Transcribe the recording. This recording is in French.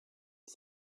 est